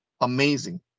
amazing